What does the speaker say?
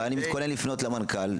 אבל אני מתכונן לפנות למנכ"ל,